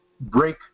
break